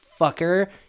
fucker